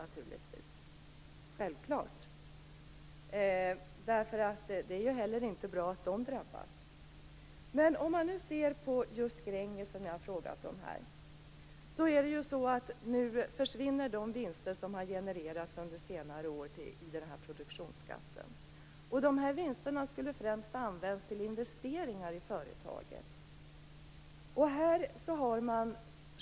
Det är självklart. Det är ju inte heller bra att de drabbas. Om man ser på just Gränges, som jag har frågat om här, försvinner nu, i och med den här produktionsskatten, de vinster som har genererats där under senare år. Dessa vinster skulle främst ha använts till investeringar i företaget.